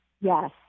Yes